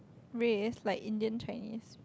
Ray is like Indian Chinese